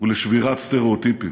ולשבירת סטריאוטיפים.